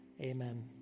amen